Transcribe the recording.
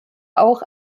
auch